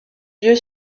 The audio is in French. lieu